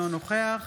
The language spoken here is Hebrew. אינו נוכח